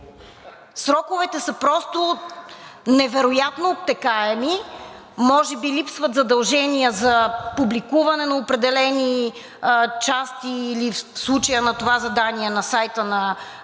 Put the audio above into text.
Сроковете са просто невероятно обтекаеми. Може би липсват задължения за публикуване на определени части или в случая на това задание на сайта на